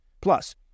Plus